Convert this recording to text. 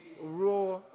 raw